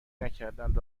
نکردند